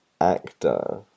actor